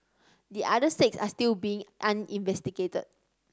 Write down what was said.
the other six are still being uninvestigated